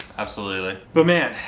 absolutely. like but man,